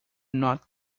not